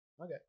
Okay